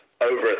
over